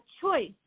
choice